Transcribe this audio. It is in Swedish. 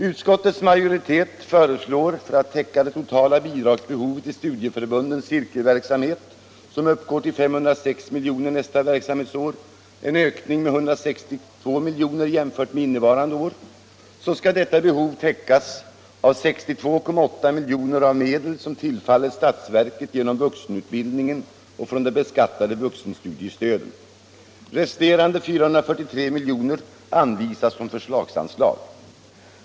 Utskottets majoritet föreslår att — för att täcka det totala bidragsbehovet till studieförbundens cirkelverksamhet, som uppgår till 506 milj.kr. nästa verksamhetsår, en ökning med 163 milj.kr. jämfört med innevarande år — 62,8 milj.kr. skall utgå av medel som tillfaller statsverket genom vuxenutbildningen och från de beskattade vuxenstudiestöden. Resterande 443 milj.kr. anvisas som förslagsanslag.